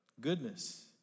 Goodness